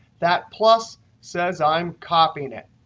that plus says i'm copying it.